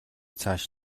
цааш